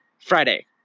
Friday